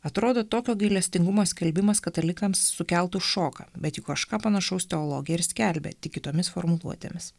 atrodo tokio gailestingumo skelbimas katalikams sukeltų šoką bet juk kažką panašaus teologija ir skelbia tik kitomis formuluotėmis